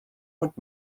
und